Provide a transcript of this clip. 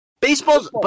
Baseball